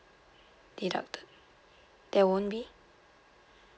deducted there won't be